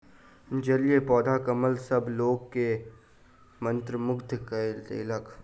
जलीय पौधा कमल सभ लोक के मंत्रमुग्ध कय देलक